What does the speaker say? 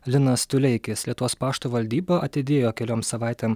linas tuleikis lietuvos pašto valdyba atidėjo keliom savaitėm